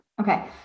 Okay